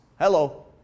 Hello